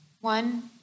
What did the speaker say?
One